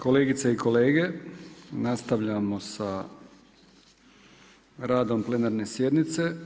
kolegice i kolege, nastavljamo sa radom plenarne sjednice.